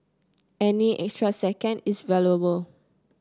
any extra second is valuable